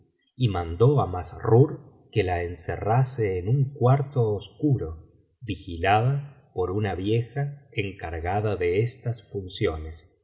y mandó á massrur que la encerrase en un cuarto oscuro vigilada por una vieja encargada de estas funciones